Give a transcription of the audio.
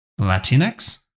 latinx